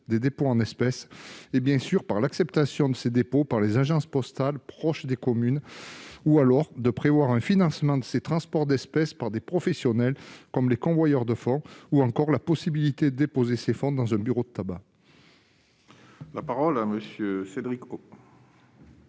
des dépôts en espèces, et sur la question de l'acceptation de ces dépôts par les agences postales proches des communes. Faute d'évolution, il faudra prévoir un financement de ces transports d'espèces par des professionnels comme les convoyeurs de fonds, ou encore la possibilité de déposer ces fonds dans un bureau de tabac. La parole est à M.